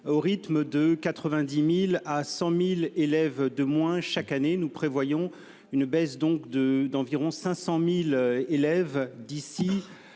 au rythme de 90.000 à 100.000 élèves de moins chaque année, nous prévoyons une baisse donc de d'environ 500.000 élèves d'ici.